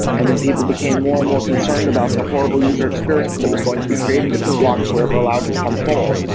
and then people became more and more concerned about the horrible user experience that was going to be created if the blocks were ever allowed to become full.